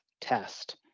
test